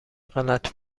غلط